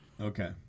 Okay